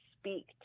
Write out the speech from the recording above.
speak